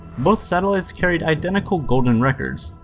both satellites carried identical golden records.